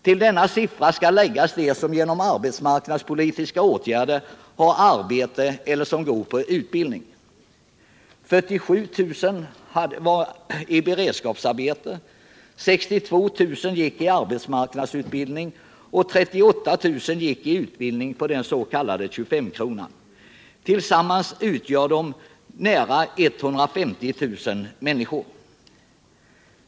Till detta antal skall läggas de som genom arbetsmarknadspolitiska åtgärder har arbete eller som går på utbildning. 47 000 var i beredskapsarbete, 62 000 gick i arbetsmarknadsutbildning och 38 000 i utbildning med stöd av den s.k. 25-kronan. Tillsammans utgör de nära 150 000 personer.